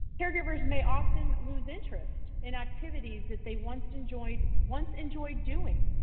caregivers may often lose interest in activities that they once enjoyed once enjoyed doing.